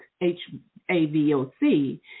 H-A-V-O-C